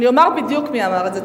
אני אומר בדיוק מי אמר את זה.